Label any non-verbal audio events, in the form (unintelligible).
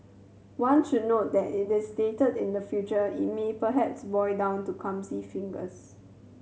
one should note that it is dated in the future (unintelligible) me perhaps boil down to clumsy fingers